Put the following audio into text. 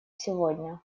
сегодня